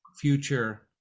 future